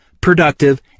productive